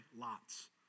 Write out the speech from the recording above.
Lots